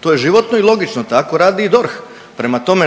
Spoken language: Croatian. To je životno i logično, tako radi i DORH. Prema tome,